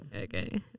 okay